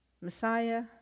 Messiah